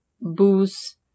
booze